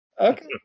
okay